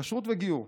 כשרות וגיור.